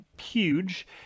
huge